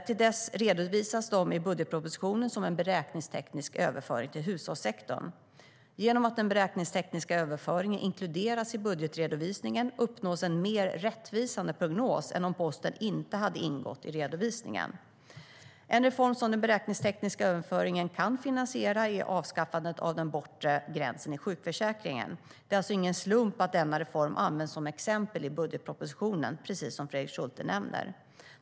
Till dess redovisas de i budgetpropositionen som en beräkningsteknisk överföring till hushållssektorn. Genom att den beräkningstekniska överföringen inkluderas i budgetredovisningen uppnås en mer rättvisande prognos än om posten inte hade ingått i redovisningen. En reform som den beräkningstekniska överföringen kan finansiera är avskaffandet av den bortre gränsen i sjukförsäkringen. Det är alltså ingen slump att denna reform används som exempel i budgetpropositionen, precis som Fredrik Schulte nämner.